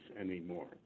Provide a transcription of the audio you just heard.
anymore